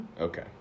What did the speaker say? Okay